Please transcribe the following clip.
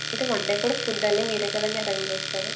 అంటే one day కూడా food అన్నీ కూడా మీరు కదండి అరేంజ్ చేస్తారు